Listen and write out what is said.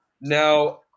Now